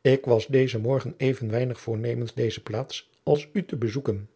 ik was dezen morgen even weinig voornemens deze plaats als u te bezoeken